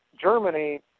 Germany